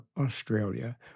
Australia